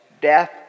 Death